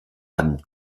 amb